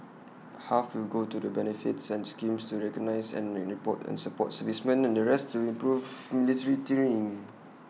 half will go to the benefits and schemes to recognise and rainy port and support servicemen and the rest to improving military training